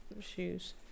shoes